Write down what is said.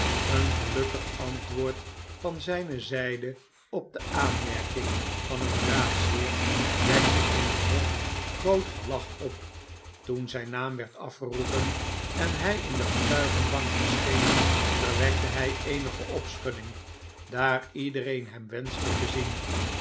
een gelukkig antwoord van zijne zijde op de aanmerking van een raadsheer wekte in het hof groot gelach op toen zijn naam werd afgeroepen en hij in de getuigenbank verscheen verwekte hij eenige opschudding daar iedereen hem wenschte te zien